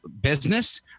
business